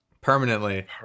Permanently